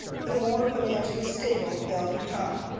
the more financially stable they'll become.